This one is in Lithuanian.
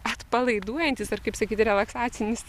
atpalaiduojantis ar kaip sakyt relaksacinis